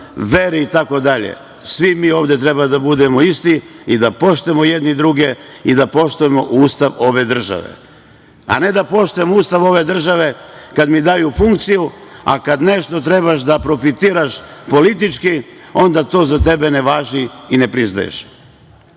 veri itd. Svi mi ovde treba da budemo isti i da poštujemo jedni druge i da poštujemo Ustav ove države, a ne da poštujemo Ustav ove države kada mi daju funkciju, a kada nešto trebaš da profitiraš politički, onda to za tebe ne važi i ne priznaješ. Tako